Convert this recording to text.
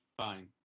fine